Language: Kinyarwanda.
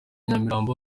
nyamirambo